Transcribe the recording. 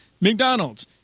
McDonald's